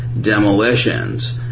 demolitions